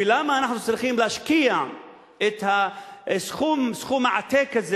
ולמה אנחנו צריכים להשקיע את סכום העתק הזה